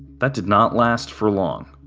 that did not last for long.